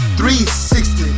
360